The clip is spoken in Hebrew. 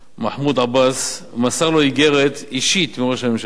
מחמוד עבאס ומסר לו איגרת אישית מראש הממשלה.